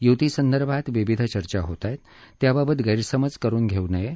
युती संदर्भात विविध चर्चा होतायत त्याबाबत गैरसमज करु नये